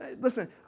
Listen